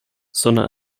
sondern